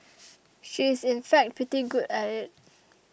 she is in fact pretty good at it